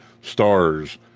stars